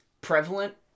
prevalent